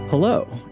Hello